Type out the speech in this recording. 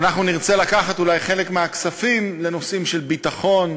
אנחנו נרצה לקחת אולי חלק מהכספים לנושאים של ביטחון,